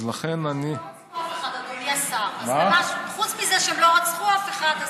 אז לכן אני, חוץ מזה שהם לא רצחו אף אחד,